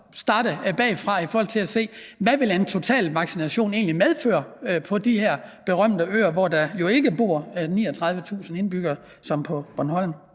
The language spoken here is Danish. også starte bagfra i forhold til at se, hvad en totalvaccination egentlig vil medføre på de her berømte øer, hvor der jo ikke er 39.000 indbyggere, som der er på Bornholm?